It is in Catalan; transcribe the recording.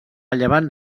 llevant